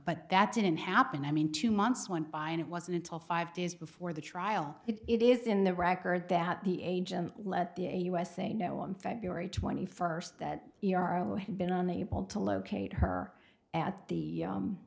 but that didn't happen i mean two months went by and it wasn't until five days before the trial it is in the record that the agent let the usa know on february twenty first that yarrow had been unable to locate her at the